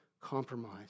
compromise